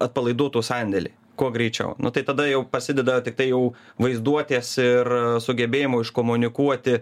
atpalaiduotų sandėlį kuo greičiau nu tai tada jau prasideda tiktai jau vaizduotės ir sugebėjimo iškomunikuoti